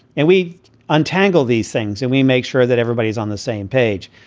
and we untangle these things and we make sure that everybody's on the same page.